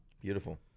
Beautiful